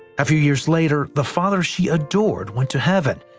a few years later the father she adored went to heaven.